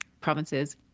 provinces